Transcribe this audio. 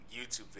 youtube